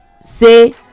say